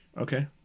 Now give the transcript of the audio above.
Okay